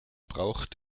braucht